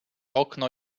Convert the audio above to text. okno